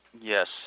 yes